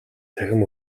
цахим